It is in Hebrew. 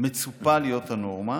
מצופה להיות הנורמה.